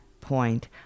point